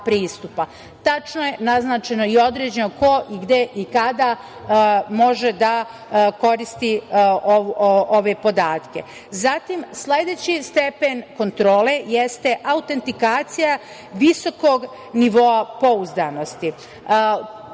Tačno je naznačeno i određeno ko, gde i kada može da koristi ove podatke. Zatim, sledeći stepen kontrole jeste autentikacija visokog nivoa pouzdanosti.